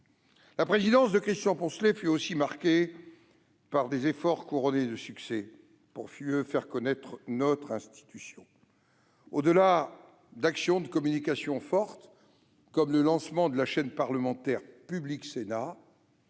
La présidence de Christian Poncelet fut aussi marquée par des efforts, couronnés de succès, pour mieux faire connaître notre institution. Au-delà d'actions de communication fortes, comme le lancement de la chaîne parlementaire Public Sénat,